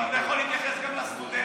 אם אתה יכול להתייחס גם לסטודנטים,